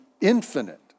infinite